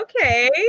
Okay